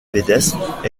pédestre